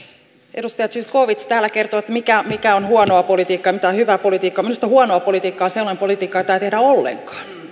edustaja zyskowicz täällä kertoi mikä mikä on huonoa politiikkaa ja mikä on hyvää politiikkaa minusta huonoa politiikkaa on sellainen politiikka jota ei tehdä ollenkaan